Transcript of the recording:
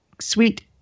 sweet